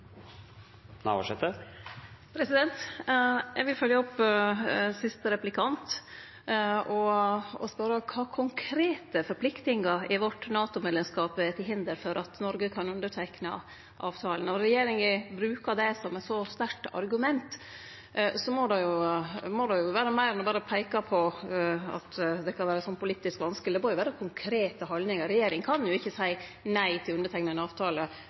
leder. Eg vil følgje opp førre replikant og spørje om kva konkrete forpliktingar i vårt NATO-medlemskap som er til hinder for at Noreg kan underteikne avtalen. Når regjeringa bruker det som eit så sterkt argument, må det jo vere meir enn berre å peike på at det kan vere politisk vanskeleg. Det må vere konkrete haldningar. Regjeringa kan ikkje seie nei til